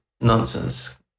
nonsense